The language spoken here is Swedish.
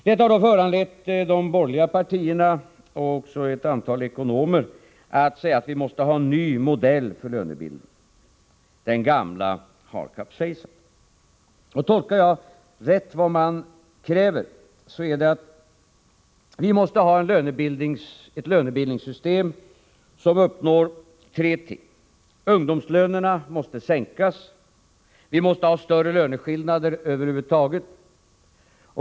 Detta har föranlett de borgerliga partierna, och även ett antal ekonomer, att säga att vi måste ha en ny modell för lönebildningen — den gamla har kapsejsat. Och tolkar jag rätt vad det är man kräver, så är det att vi måste ha ett lönebildningssystem där man uppnår tre ting: För det första måste ungdomslönerna sänkas. För det andra måste vi ha större löneskillnader över huvud taget.